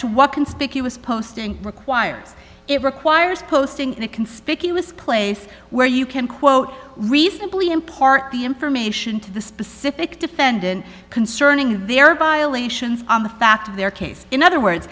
to what conspicuous posting requires it requires posting in a conspicuous place where you can quote reasonably impart the information to the specific defendant concerning their violations on the fact of their case in other words